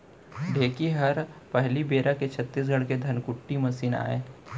ढेंकी हर पहिली बेरा के छत्तीसगढ़ के धनकुट्टी मसीन आय